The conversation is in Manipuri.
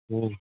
ꯑꯣ